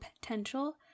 potential